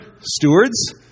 stewards